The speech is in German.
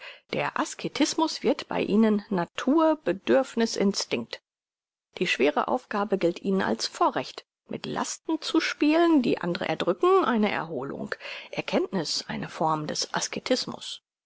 der asketismus wird bei ihnen natur bedürfniß instinkt die schwere aufgabe gilt ihnen als vorrecht mit lasten zu spielen die andre erdrücken eine erholung erkenntniß eine form des asketismus